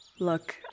Look